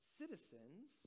citizens